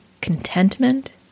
contentment